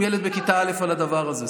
עם ילד בכיתה א' על הדבר הזה.